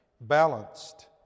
Balanced